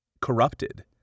corrupted